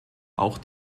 auch